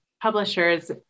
publishers